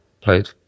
played